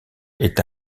est